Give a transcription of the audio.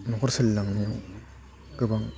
न'खर सोलिलांनायाव गोबां